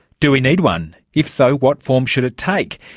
do we need one? if so, what form should it take?